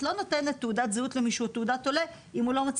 את לא נותנת תעודת זהות או תעודת עולה אם הוא לא רוצה,